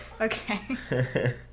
Okay